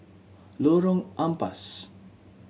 Lorong Ampas